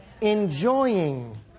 enjoying